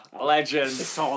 legend